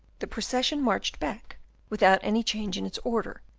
the procession marched back without any change in its order,